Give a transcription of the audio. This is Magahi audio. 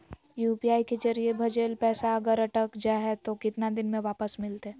यू.पी.आई के जरिए भजेल पैसा अगर अटक जा है तो कितना दिन में वापस मिलते?